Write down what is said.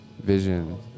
vision